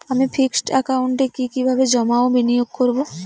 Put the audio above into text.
আমি ফিক্সড একাউন্টে কি কিভাবে জমা ও বিনিয়োগ করব?